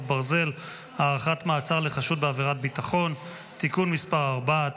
ברזל) (הארכת מעצר לחשוד בעבירת ביטחון) (תיקון מס' 4),